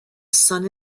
son